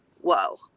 whoa